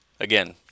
Again